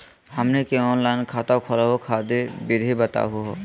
हमनी के ऑनलाइन खाता खोलहु खातिर विधि बताहु हो?